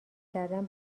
کردن